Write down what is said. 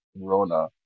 corona